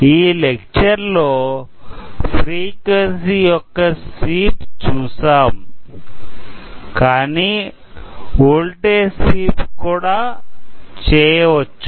ఈ లెక్చర్ లో ఫ్రీక్వెన్సీ యొక్క స్వీప్ చూసాం కానీ ఓల్టేజ్ స్వీప్ కూడా చేయవచ్చు